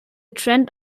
trend